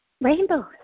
rainbows